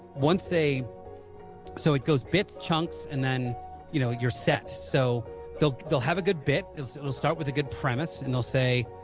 once they so it goes bits chunks and then you know you're set so they'll they'll have a good bit is it will start with a good premise and they'll say